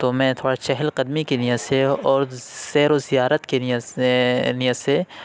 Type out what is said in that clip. تو میں تھوڑا چہل قدمی کی نیت سے اور سیر و سیاحت کے نیت سے نیت سے